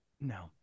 No